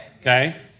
Okay